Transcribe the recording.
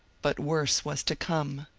but worse was to come.